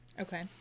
Okay